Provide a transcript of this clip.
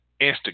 Instagram